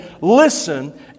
listen